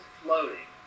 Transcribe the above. floating